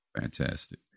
Fantastic